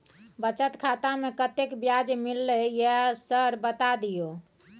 बचत खाता में कत्ते ब्याज मिलले ये सर बता दियो?